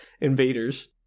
invaders